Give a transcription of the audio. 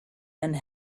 and